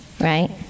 right